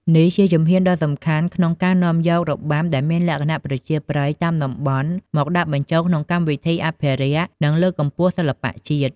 នេះជាជំហានដ៏សំខាន់ក្នុងការនាំយករបាំដែលមានលក្ខណៈប្រជាប្រិយតាមតំបន់ មកដាក់បញ្ចូលក្នុងកម្មវិធីអភិរក្ស និងលើកកម្ពស់សិល្បៈជាតិ។